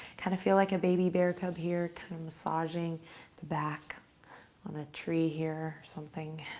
kind of feel like a baby bear cub here kind of massaging the back on a tree here or something.